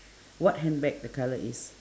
what handbag the colour is